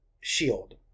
shield